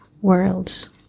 worlds